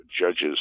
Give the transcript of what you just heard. judges